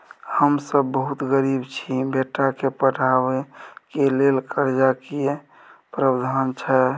हम सब बहुत गरीब छी, बेटा के पढाबै के लेल कर्जा के की प्रावधान छै?